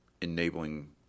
enabling